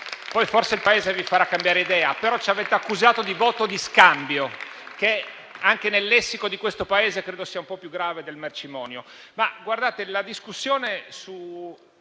poi forse il Paese vi farà cambiare idea - però ci avete accusato di voto di scambio che, anche nel lessico di questo Paese, credo che sia un po' più grave del mercimonio.